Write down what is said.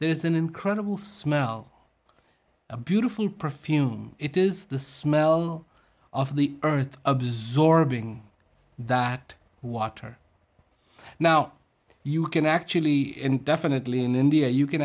there is an incredible smell a beautiful perfume it is the smell of the earth absorbing that water now you can actually indefinitely in india you can